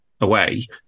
away